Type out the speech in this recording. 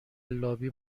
لابی